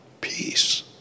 Peace